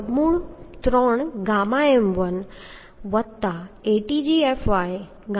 9Avn fy3 ɣm1Atgfyɣm0 બરાબર છે